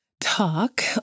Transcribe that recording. talk